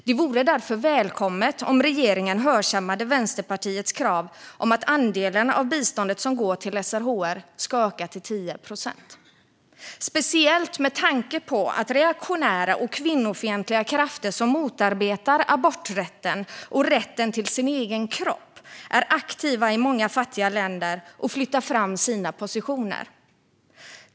Det vore därför välkommet om regeringen hörsammade Vänsterpartiets krav på att andelen av biståndet som går till SRHR ska öka till 10 procent - speciellt med tanke på att reaktionära och kvinnofientliga krafter som motarbetar aborträtten och kvinnors rätt till sin egen kropp är aktiva i många fattiga länder och flyttar fram sina positioner.